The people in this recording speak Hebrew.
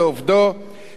לדעת את ה',